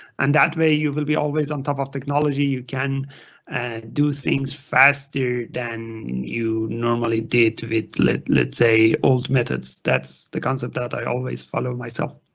and that way you will be always on top of technology. you can and do things faster than you normally date with, let's let's say, old methods. that's the concept that i always follow myself.